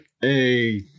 hey